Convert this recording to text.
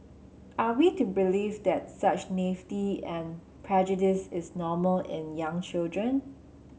are we to believe that such naivety and prejudice is normal in young children